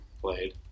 played